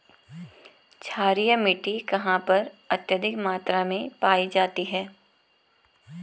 क्षारीय मिट्टी कहां पर अत्यधिक मात्रा में पाई जाती है?